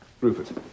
Rupert